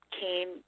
came